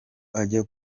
ajya